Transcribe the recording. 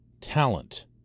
talent